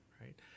right